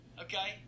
Okay